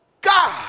God